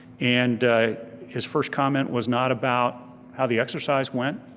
and his first comment was not about how the exercise went.